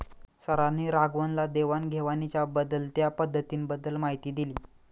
सरांनी राघवनला देवाण घेवाणीच्या बदलत्या पद्धतींबद्दल माहिती दिली